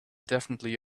definitely